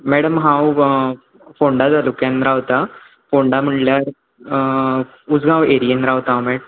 madam हांव फोंडा तालुक्यान रावता फोंडा म्हळ्ळ्यार उजगांव एरियेन रावता हांव मॅ